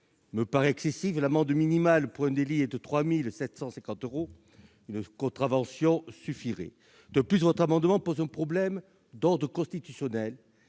me paraît excessif, l'amende minimale pour un délit étant de 3 750 euros. Il me semble qu'une contravention suffirait. De plus, cet amendement pose un problème d'ordre constitutionnel,